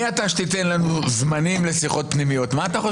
מי אתה שתיתן לנו זמנים לשיחות פנימיות?